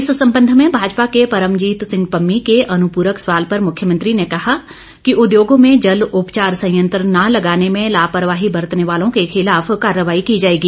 इस संबंध में भाजपा के परमजीत सिंह पम्मी के अनुपूरक सवाल पर मुख्यमंत्री ने कहा कि उद्योगों में जल उपचार संयत्र न लगाने में लापरवाही बरतने वालों के खिलाफ कार्रवाई की जाएगी